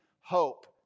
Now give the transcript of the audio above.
hope